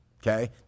Okay